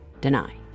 deny